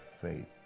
faith